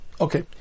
Okay